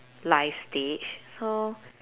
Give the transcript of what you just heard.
life stage so